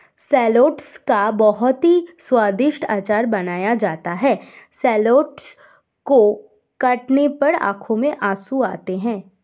shallots का बहुत ही स्वादिष्ट अचार बनाया जाता है शैलोट्स को काटने पर आंखों में आंसू आते हैं